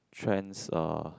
trends uh